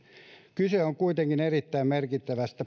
kyse on kuitenkin erittäin merkittävästä